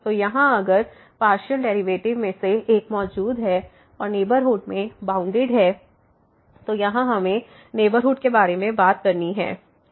तो यहां अगर पार्शियल डेरिवेटिव्स में से एक मौजूद है और नेबरहुड में बाउंडेड हुआ है तो यहां हमें नेबरहुड के बारे में बात करनी है